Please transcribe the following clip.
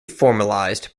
formalized